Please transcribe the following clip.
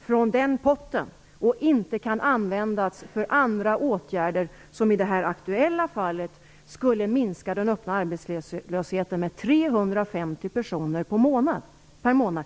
från den potten och inte kan användas för andra åtgärder, vilket i detta aktuella fall skulle minska den öppna arbetslösheten med 350 personer per månad.